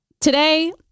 today